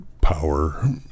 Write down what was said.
power